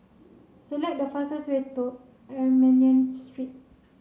select the fastest way to Armenian Street